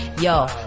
yo